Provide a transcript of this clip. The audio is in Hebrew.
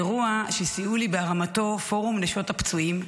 אירוע שסייעו לי בהרמתו פורום נשות הפצועים,